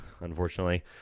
unfortunately